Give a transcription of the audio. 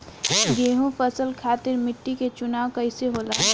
गेंहू फसल खातिर मिट्टी के चुनाव कईसे होला?